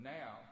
now